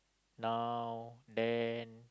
now then